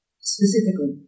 Specifically